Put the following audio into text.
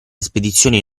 spedizioni